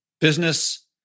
business